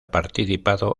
participado